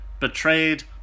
betrayed